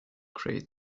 create